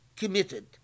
committed